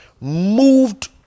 moved